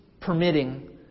permitting